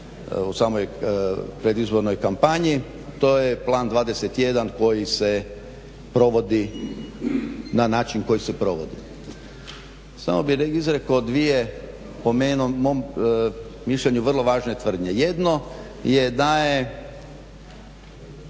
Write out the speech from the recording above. u samoj predizbornoj kampanji. To je Plan 21 koji provodi na način koji se provodi. Samo bih izrekao dvije, po meni mišljenju vrlo važne tvrdnje, jedno je da je